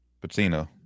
Patino